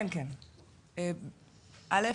א',